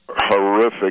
horrific